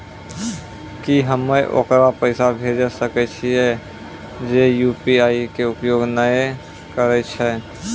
की हम्मय ओकरा पैसा भेजै सकय छियै जे यु.पी.आई के उपयोग नए करे छै?